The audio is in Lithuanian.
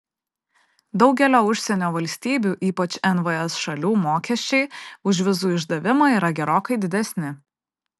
daugelio užsienio valstybių ypač nvs šalių mokesčiai už vizų išdavimą yra gerokai didesni